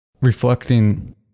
reflecting